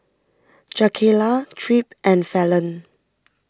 Jakayla Tripp and Fallon